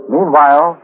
Meanwhile